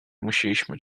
musieliśmy